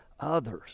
others